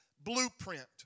blueprint